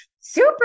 Super